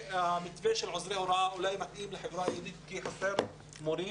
המתווה של עוזרי הוראה אולי מתאים לחברה היהודית כי חסרים מורים,